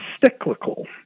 cyclical